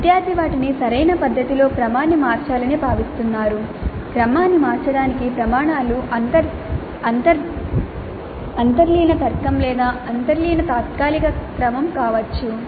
విద్యార్థి వాటిని సరైన పద్ధతిలో క్రమాన్ని మార్చాలని భావిస్తున్నారు క్రమాన్ని మార్చడానికి ప్రమాణాలు అంతర్లీన తర్కం లేదా అంతర్లీన తాత్కాలిక క్రమం కావచ్చు